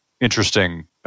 interesting